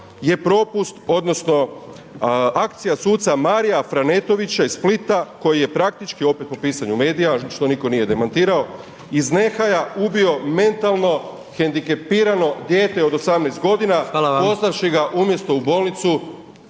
je propust odnosno akcija suca Marija Franetovića iz Splita koji je praktički opet po pisanju medija, što nitko nije demantirao iz nehaja ubio mentalno hendikepirano dijete od 18 godina poslavši ga umjesto u bolnicu